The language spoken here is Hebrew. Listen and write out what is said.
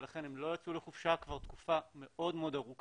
ולכן הם לא יצאו לחופשה כבר תקופה מאוד ארוכה,